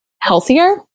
healthier